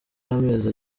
y’amezi